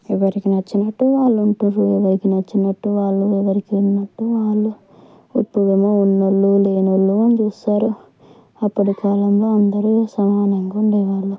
ఎవరికి నచ్చినట్టు వాళ్ళు ఉంటున్నారు ఎవరికి నచ్చినట్టు వాళ్ళు ఎవరికి ఉన్నట్టు వాళ్ళు ఇప్పుడేమో ఉన్నవాళ్ళు లేనివాళ్ళు అని చూస్తారు అప్పటి కాలంలో అందరూ సమానంగా ఉండేవాళ్ళు